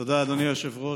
תודה, אדוני היושב-ראש.